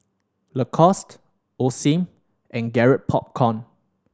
Lacoste Osim and Garrett Popcorn